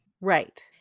Right